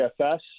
DFS